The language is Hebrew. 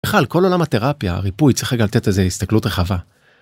בכלל, כל עולם התרפיה, הריפוי, צריך רגע לתת איזה הסתכלות רחבה.